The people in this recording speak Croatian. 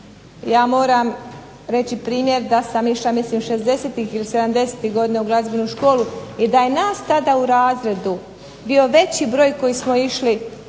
Ja moram reći primjer da sam išla mislim 60-ih ili 70-ih godina u glazbenu školu, i da je nas tada u razredu bio veći broj koji smo išli